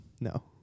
No